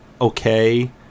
okay